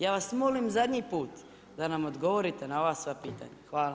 Ja vas molim zadnji put da nam odgovorite na ova sva pitanja.